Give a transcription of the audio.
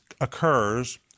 occurs